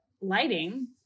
lighting